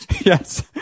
yes